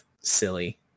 silly